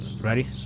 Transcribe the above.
Ready